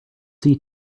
see